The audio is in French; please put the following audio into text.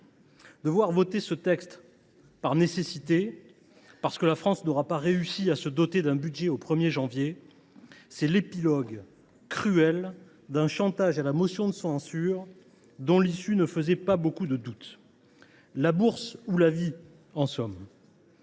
devoir voter ce texte par nécessité, parce que la France n’aura pas réussi à se doter d’un budget au 1 janvier, constitue l’épilogue cruel d’un chantage à la motion de censure dont l’issue ne faisait guère de doutes :« La bourse ou la vie !», en somme.